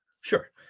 Sure